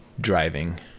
driving